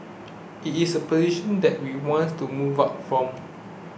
it is a position that we wants to move up from